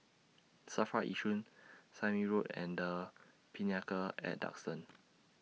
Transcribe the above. SAFRA Yishun Sime Road and The Pinnacle At Duxton